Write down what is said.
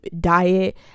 diet